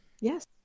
yes